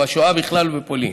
בשואה בכלל ובפולין.